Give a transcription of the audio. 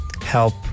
help